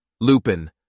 Lupin